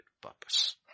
purpose